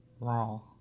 Wrong